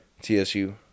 TSU